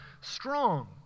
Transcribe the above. strong